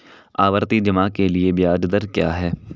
आवर्ती जमा के लिए ब्याज दर क्या है?